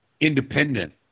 independent